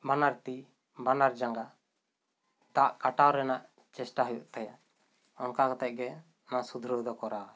ᱵᱟᱱᱟᱨ ᱛᱤ ᱵᱟᱱᱟᱨ ᱡᱟᱸᱜᱟ ᱫᱟᱜ ᱠᱟᱴᱟᱣ ᱨᱮᱱᱟᱜ ᱪᱮᱥᱴᱟ ᱦᱩᱭᱩᱜ ᱛᱟᱭᱟ ᱚᱱᱠᱟ ᱠᱟᱛᱮᱜ ᱜᱮ ᱱᱚᱣᱟ ᱥᱩᱫᱷᱨᱟᱹᱣ ᱫᱚ ᱠᱚᱨᱟᱣᱼᱟᱭ